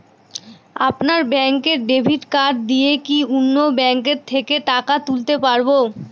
আপনার ব্যাংকের debit card দিয়ে কি অন্য ব্যাংকের থেকে টাকা তুলতে পারবো?